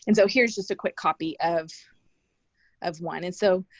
and so, here's just a quick copy of of one. and so,